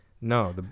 No